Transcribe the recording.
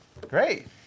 Great